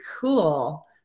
cool